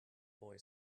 boy